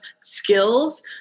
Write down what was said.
skills